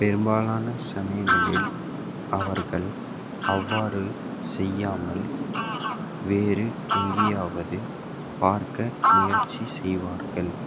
பெரும்பாலான சமயங்களில் அவர்கள் அவ்வாறு செய்யாமல் வேறு எங்கேயாவது பார்க்க முயற்சி செய்வார்கள்